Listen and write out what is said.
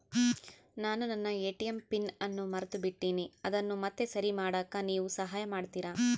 ನಾನು ನನ್ನ ATM pin ಅನ್ನು ಮರೆತುಬಿಟ್ಟೇನಿ ಅದನ್ನು ಮತ್ತೆ ಸರಿ ಮಾಡಾಕ ನೇವು ಸಹಾಯ ಮಾಡ್ತಿರಾ?